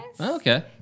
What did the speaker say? okay